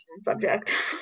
subject